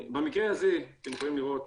במקרה הזה אתם יכולים לראות,